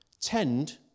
tend